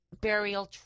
burial